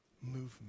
movement